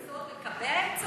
אז צריך בחוק-יסוד לקבע את זה?